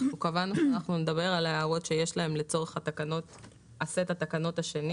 קבענו שנדבר על ההערות שיש להם לצורך סט התקנות השני.